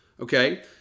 okay